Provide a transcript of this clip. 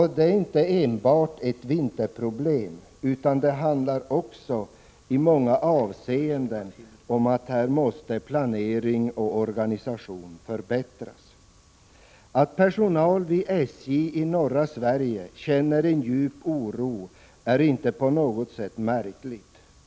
Detta är inte enbart ett vinterproblem, utan det handlar också i många avseenden om att här måste planering och organisation förbättras. Att personal vid SJ i norra Sverige känner djup oro är inte på något sätt märkligt.